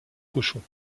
cochons